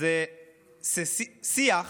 זה ששיח